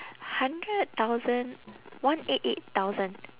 hundred thousand one eight eight thousand